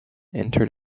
entered